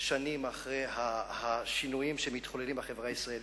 שנים אחרי השינויים שמתחוללים בחברה הישראלית,